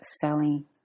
selling